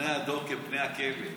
פני הדור כפני הכלב.